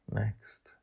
next